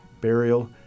burial